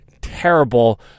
terrible